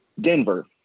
Denver